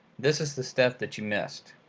this is the step that you missed.